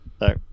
No